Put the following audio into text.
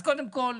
אז קודם כל,